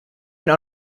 went